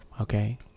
okay